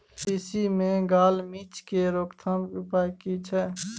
तिसी मे gall midge के रोकथाम के उपाय की छै?